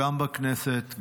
גם בכנסת,